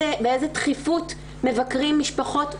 באיזו דחיפות מבקרים משפחות מוכרות?